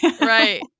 right